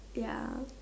ya